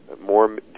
more